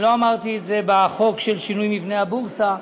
אני לא אמרתי את זה בחוק של שינוי מבנה הבורסה.